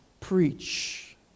Preach